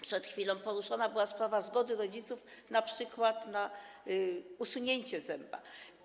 Przed chwilą poruszona była sprawa zgody rodziców, np. na usunięcie zęba.